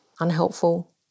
unhelpful